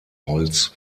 holz